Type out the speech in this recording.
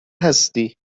هستی